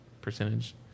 percentage